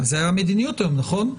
זאת המדיניות היום, נכון?